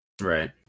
Right